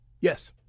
Yes